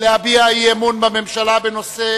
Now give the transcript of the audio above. להביע אי-אמון בממשלה לא נתקבלה.